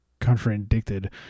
contradicted